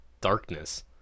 darkness